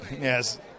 Yes